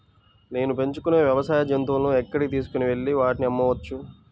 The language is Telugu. నేను పెంచుకొనే వ్యవసాయ జంతువులను ఎక్కడికి తీసుకొనివెళ్ళి వాటిని అమ్మవచ్చు?